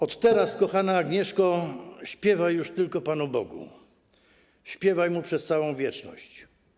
Od teraz, kochana Agnieszko, śpiewaj już tylko Panu Bogu, śpiewaj Mu przez całą wieczność.